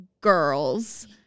girls